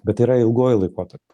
bet tai yra ilguoju laikotarpiu